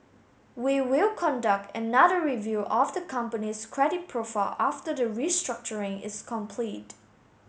we will conduct another review of the company's credit profile after the restructuring is complete